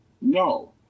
No